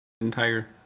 Entire